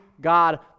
God